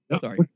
Sorry